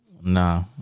Nah